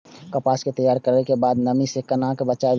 कपास के तैयार कैला कै बाद नमी से केना बचाबी?